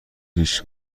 هیچ